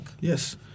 Yes